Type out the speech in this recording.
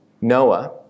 Noah